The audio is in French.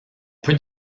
peut